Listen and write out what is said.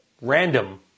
Random